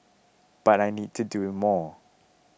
but I need to do more